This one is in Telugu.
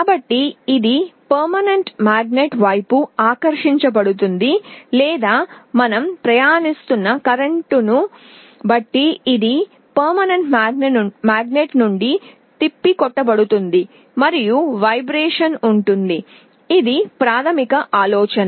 కాబట్టి ఇది శాశ్వత అయస్కాంతం వైపు ఆకర్షించబడుతుంది లేదా మనం ప్రయాణిస్తున్న కరెంట్ను బట్టి ఇది శాశ్వత అయస్కాంతం నుండి తిప్పికొట్టబడుతుంది మరియు కంపనం ఉంటుంది ఇది ప్రాథమిక ఆలోచన